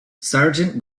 sargent